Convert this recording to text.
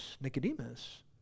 Nicodemus